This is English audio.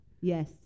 Yes